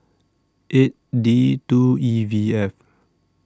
eight D two E V F